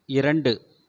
இரண்டு